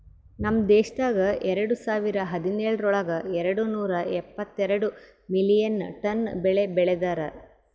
ನಮ್ ದೇಶದಾಗ್ ಎರಡು ಸಾವಿರ ಹದಿನೇಳರೊಳಗ್ ಎರಡು ನೂರಾ ಎಪ್ಪತ್ತೆರಡು ಮಿಲಿಯನ್ ಟನ್ ಬೆಳಿ ಬೆ ಳದಾರ್